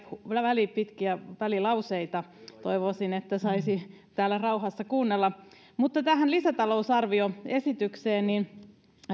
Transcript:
väliin pitkiä välilauseita toivoisin että täällä saisi rauhassa kuunnella tähän lisätalousarvioesitykseen